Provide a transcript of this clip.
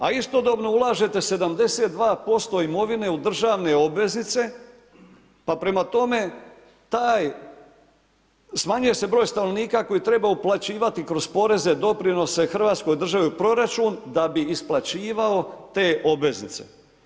A istodobno ulažete 72% imovine u državne obveznice pa prema tome, smanjuje se broj stanovnika koji treba uplaćivati kroz poreze, doprinose hrvatskoj državi u proračun da bi isplaćivao te obveznice.